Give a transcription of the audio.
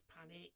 panic